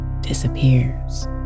disappears